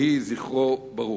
יהי זכרו ברוך.